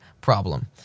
problem